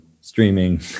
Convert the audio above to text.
streaming